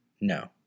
No